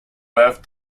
birth